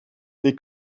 they